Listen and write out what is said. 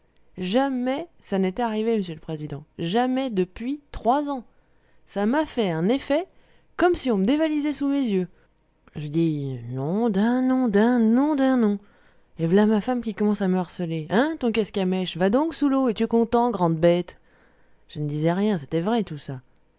jamais ça n'était arrivé m'sieu l'président jamais depuis trois ans ça m'a fait un effet comme si on me dévalisait sous mes yeux je dis nom d'un nom d'un nom d'un nom et v'là ma femme qui commence à me harceler hein ton casque à mèche va donc soûlot es-tu content grande bête je ne disais rien c'était vrai tout ça